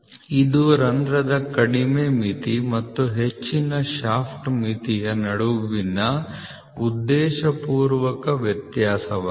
ಇದು ರಂಧ್ರದ ಕಡಿಮೆ ಮಿತಿ ಮತ್ತು ಹೆಚ್ಚಿನ ಶಾಫ್ಟ್ ಮಿತಿಯ ನಡುವಿನ ಉದ್ದೇಶಪೂರ್ವಕ ವ್ಯತ್ಯಾಸವಾಗಿದೆ